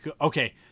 Okay